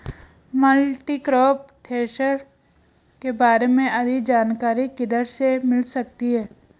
Multicrop thresher के बारे में अधिक जानकारी किधर से मिल सकती है?